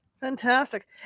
Fantastic